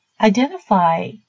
Identify